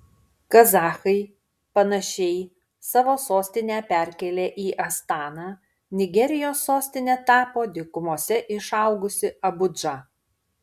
kazachai panašiai savo sostinę perkėlė į astaną nigerijos sostine tapo dykumose išaugusi abudža